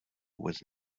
was